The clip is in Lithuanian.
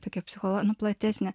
tokia psichologinė nu platesnė